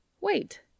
Wait